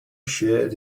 shared